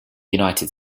united